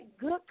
good